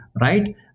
right